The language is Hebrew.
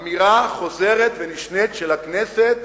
אמירה חוזרת ונשנית של הכנסת